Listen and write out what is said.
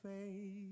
faith